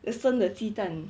like 生的鸡蛋